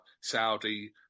Saudi